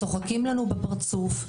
צוחקים לנו בפרצוף,